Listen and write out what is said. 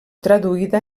traduïda